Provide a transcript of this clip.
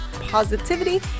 positivity